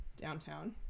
downtown